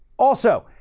also,